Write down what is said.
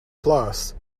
plus